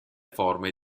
forme